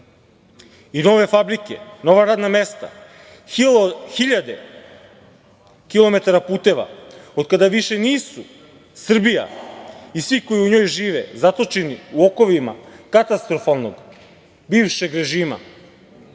i nove fabrike, nova radna mesta, hiljade kilometara puteva, od kada više nisu Srbija i svi koji u njoj žive zatočeni u okovima katastrofalnog bivšeg režima